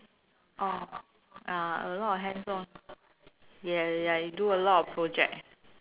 orh ya a lot of hands on ya ya you do a lot of project